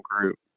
group